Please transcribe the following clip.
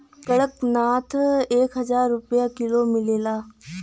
कड़कनाथ एक हजार रुपिया किलो मिलेला